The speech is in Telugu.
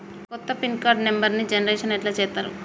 కొత్త పిన్ కార్డు నెంబర్ని జనరేషన్ ఎట్లా చేత్తరు?